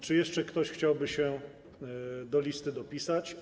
Czy jeszcze ktoś chciałby się do listy dopisać?